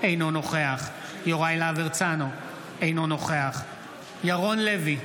אינו נוכח יוראי להב הרצנו, אינו נוכח ירון לוי,